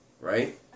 right